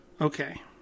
Okay